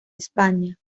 españa